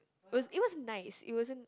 it was it was nice it wasn't